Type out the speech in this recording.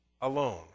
alone